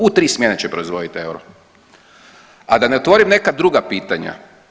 U 3 smjene će proizvodit euro, a da ne otvorim neka druga pitanja.